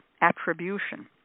attribution